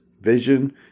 vision